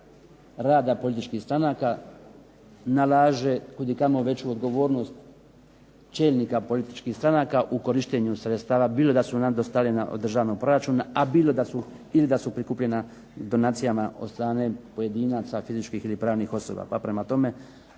rada političkih stranaka, nalaže kudikamo veću odgovornost čelnika političkih stranaka u korištenju sredstava, bilo da su ona dostavljena od državnog proračuna, a bilo da su, ili da su prikupljena donacijama od strane pojedinaca, fizičkih ili pravnih osoba.